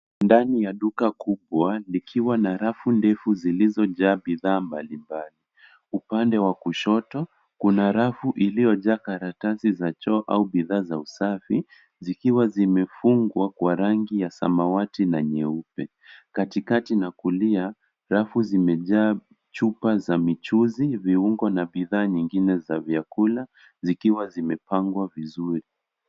Ndani ya duka kubwa, likiwa na rafu ndefu zilizojaa bidhaa mbalimbali. Upande wa kushoto, kuna rafu iliyojaa karatasi za choo au bidhaa za usafi, zikiwa zimefungwa kwa rangi ya samawati na nyeupe. Katikati na kulia rafu zimejaa chupa za michuzi, viungo na bidhaa nyingine za vyakula, zikiwa zimepangwa vizuuri.